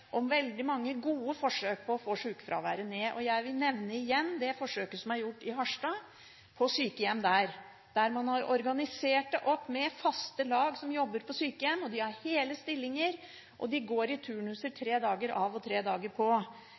veldig mange gode forsøk – på å få sykefraværet ned. Jeg vil nevne igjen det forsøket som er gjort på sykehjem i Harstad, der man har organisert det opp med faste lag som jobber på sykehjem. De har hele stillinger og går i turnus tre dager av og tre dager på.